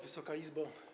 Wysoka Izbo!